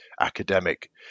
academic